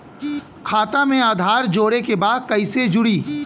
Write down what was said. खाता में आधार जोड़े के बा कैसे जुड़ी?